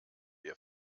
ihr